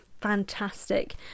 fantastic